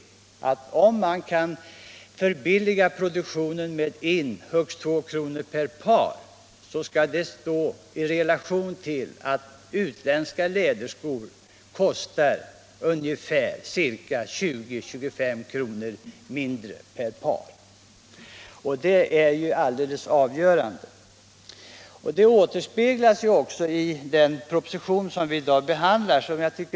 Man har kunnat sänka tillverkningskostnaderna med en eller några kronor per par, och det skall då ses i relation till att utländska läderskor kostar 20-25 kr. mindre i tillverkning. Detta förhållande återspeglas också i den proposition som vi i dag behandlar.